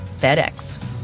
FedEx